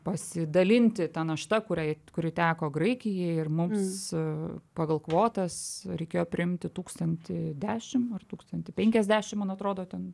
pasidalinti ta našta kuriai kuri teko graikijai ir mums pagal kvotas reikėjo priimti tūkstantį dešim ar tūkstantį penkiasdešim man atrodo ten